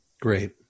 Great